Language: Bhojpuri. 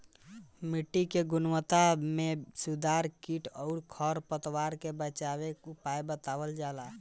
मिट्टी के गुणवत्ता में सुधार कीट अउरी खर पतवार से बचावे के उपाय बतावल जाला